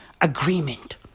Agreement